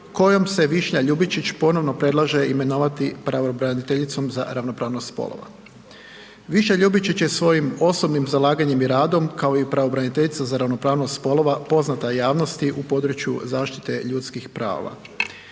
kojom se Višnja Ljubičić ponovno predlaže imenovati pravobraniteljicom za ravnopravnost spolova. Višnja Ljubičić je svojim osobnim zalaganjem i radom kao i pravobraniteljica za ravnopravnost spolova poznata javnosti u području zaštite ljudskih prava.